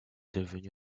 devenu